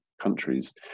countries